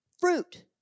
fruit